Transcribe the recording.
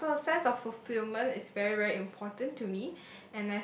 ya so sense of fulfilment is very very important to me